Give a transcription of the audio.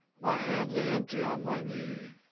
my hand lay empty on my knee.